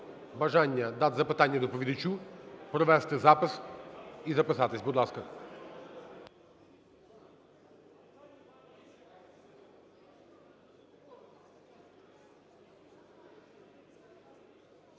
бажання задати запитання доповідачу, провести запис і записатися. Будь ласка.